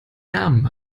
namen